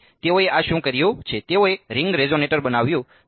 તેથી તેઓએ આ શું કર્યું છે તેઓએ રિંગ રેઝોનેટર બનાવ્યું